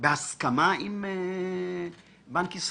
כל מה שאנחנו עושים הוא בהסכמה עם בנק ישראל.